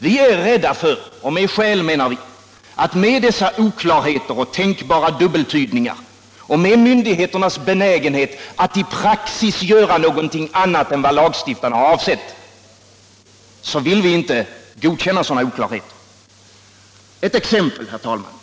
Vi är rädda — och med skäl — för dessa oklarheter och tänkbara dubbeltydningar mot bakgrunden av myndigheternas benägenhet att i praxis göra någonting annat än vad lagstiftarna har avsett, och därför vill vi inte godkänna sådana oklarheter. Ett exempel, herr talman!